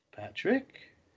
Patrick